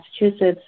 Massachusetts